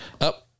Up